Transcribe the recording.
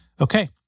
Okay